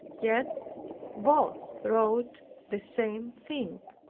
yet both wrote the same thing.